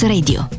Radio